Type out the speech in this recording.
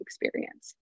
experience